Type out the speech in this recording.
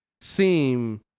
seem